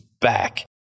back